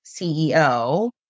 CEO